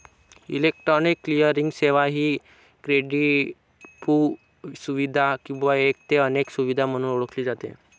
electronic clearing सेवा ही क्रेडिटपू सुविधा किंवा एक ते अनेक सुविधा म्हणून ओळखली जाते